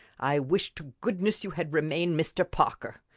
i wish to goodness you had remained mr. parker!